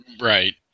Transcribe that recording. Right